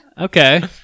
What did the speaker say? Okay